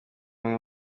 bamwe